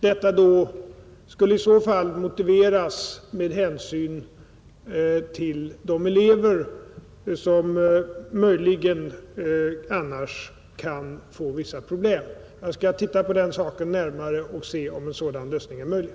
Detta skulle i så fall motiveras av hänsyn till de elever som möjligen annars kan få vissa problem. Jag skall som sagt titta närmare på den saken och se om en sådan lösning är möjlig.